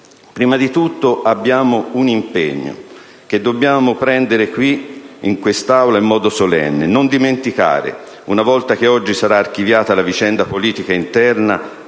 Prima di tutto, abbiamo un impegno che dobbiamo prendere qui, in quest'Aula, in modo solenne: non dimenticare, una volta che oggi sarà archiviata la vicenda politica interna,